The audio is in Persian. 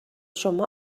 شما